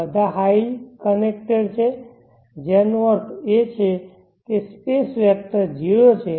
બધા high connected છે જેનો અર્થ છે કે સ્પેસ વેક્ટર 0 છે